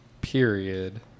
period